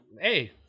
hey